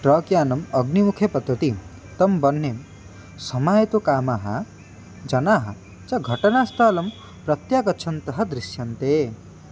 truck यानम् अग्निमुखे पतति तं वह्निं शमयितुकामाः जनाः च घटनास्थलं प्रत्यागच्छन्तः दृश्यन्ते